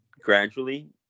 gradually